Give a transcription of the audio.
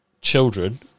children